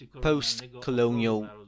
post-colonial